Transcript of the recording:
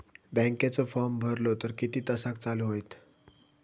बँकेचो फार्म भरलो तर किती तासाक चालू होईत?